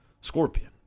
Scorpion